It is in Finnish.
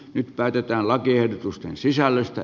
nyt päätetään lakiehdotusten sisällöstä